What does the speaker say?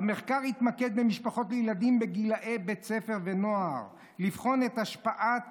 "המחקר התמקד במשפחות לילדים בגילי בית ספר ונועד לבחון את השפעת